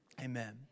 Amen